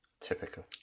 typical